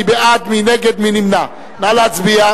מי בעד, מי נגד, מי נמנע, נא להצביע.